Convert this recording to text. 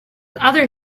other